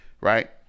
right